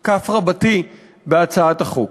32כ בהצעת החוק.